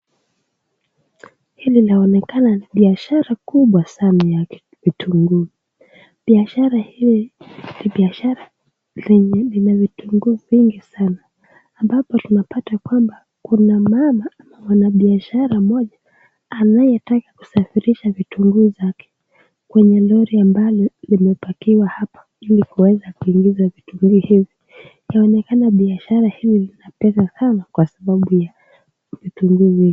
Hii inaonekana kubwa sana ya vitunguu, biashara ni bishara vyenye vina vitunguu vingi sana ambapo tunapata kwamba kuna mama ama mwanabiashara anayetaka kusafirisha vitunguu zake kwenye lori as mbalo limebakiwa hapa hili aweze kuingiza vitunguu inaonekana hii ni bishara ya pesa sanajwa sababu ya vitunguu mimgi.